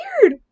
weird